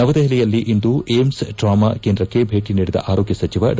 ನವದೆಹಲಿಯಲ್ಲಿಂದು AIIMS trauma ಕೇಂದ್ರಕ್ಕ ಭೇಟಿ ನೀಡಿದ ಆರೋಗ್ಯ ಸಚಿವ ಡಾ